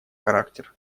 характер